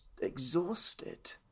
exhausted